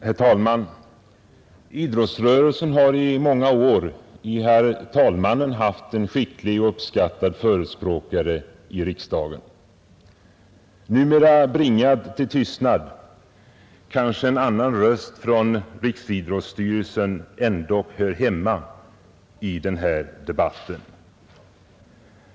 Herr talman! Idrottsrörelsen har i många år i herr talmannen haft en skicklig och uppskattad förespråkare i riksdagen. Eftersom han numera bringats till tystnad kanske en annan röst från riksidrottsstyrelsen hör hemma i denna debatt.